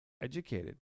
educated